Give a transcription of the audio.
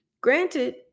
Granted